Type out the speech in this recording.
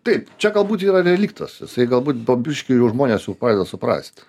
taip čia galbūt yra reliktas jisai galbūt po biškį jau žmonės jau pradeda suprast